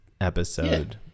episode